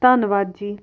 ਧੰਨਵਾਦ ਜੀ